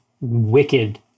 wicked